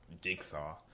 jigsaw